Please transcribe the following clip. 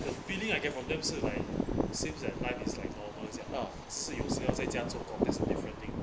the feeling I get from them 是 like seems like life is like normal 这样只是有些在家做工 that's a different thing